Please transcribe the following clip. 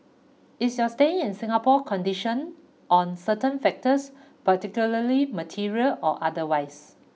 is your staying in Singapore conditional on certain factors particularly material or otherwise